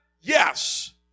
Yes